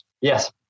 Yes